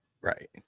Right